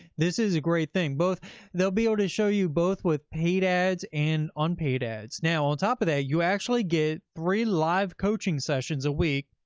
this is a great thing. they'll be able to show you both with paid ads and unpaid ads. now on top of that, you actually get three live coaching sessions a week,